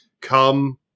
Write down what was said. come